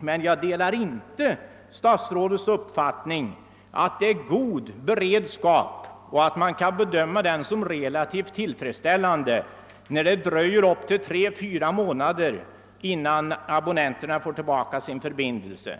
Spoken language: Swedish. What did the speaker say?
Jag delar emellertid inte statsrådets uppfattning att det råder en relativt tillfredsställande beredskap, när det kan dröja upp till tre å fyra månader innan abonnenterna får tillbaka sin telefonförbindelse.